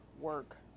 work